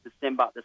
December